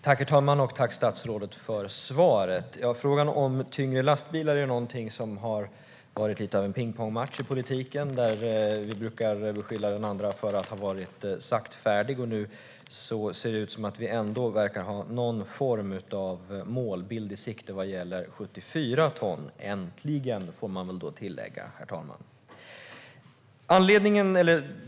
Herr talman! Tack, statsrådet för svaret! Frågan om tyngre lastbilar är något som har varit lite av en pingpongmatch i politiken, där vi brukar beskylla varandra för att ha varit saktfärdiga. Nu ser det ut som att vi ändå verkar ha någon form av målbild i sikte vad gäller 74 ton - äntligen, får man väl då tillägga, herr talman.